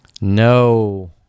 No